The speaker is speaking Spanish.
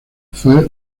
fue